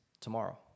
tomorrow